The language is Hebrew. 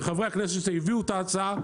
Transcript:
וחברי הכנסת שהביאו את ההצעה,